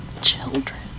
children